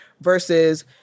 versus